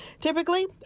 Typically